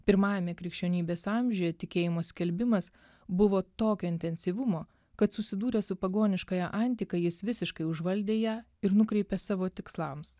pirmajame krikščionybės amžiuje tikėjimo skelbimas buvo tokio intensyvumo kad susidūręs su pagoniškąja antika jis visiškai užvaldė ją ir nukreipė savo tikslams